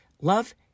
love